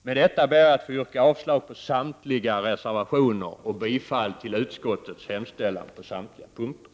Med detta ber jag att få yrka avslag på samtliga reservationer och bifall till utskottets hemställan på samtliga punkter.